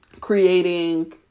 creating